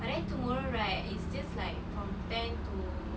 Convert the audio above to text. but then tomorrow right it's just like from ten to